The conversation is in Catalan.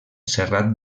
serrat